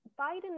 Biden